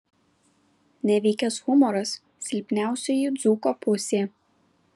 nevykęs humoras silpniausioji dzūko pusė